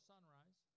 Sunrise